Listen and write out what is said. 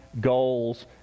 goals